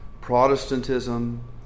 Protestantism